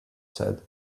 said